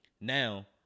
Now